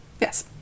yes